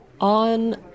on